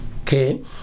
okay